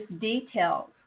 details